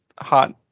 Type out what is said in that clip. hot